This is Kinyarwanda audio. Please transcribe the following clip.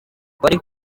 bari